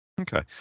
Okay